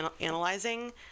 analyzing